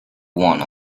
one